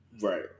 Right